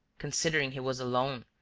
considering he was alone,